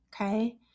okay